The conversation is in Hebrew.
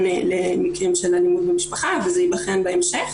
למקרים של אלימות במשפחה וזה ייבחן בהמשך.